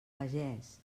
pagès